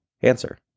Answer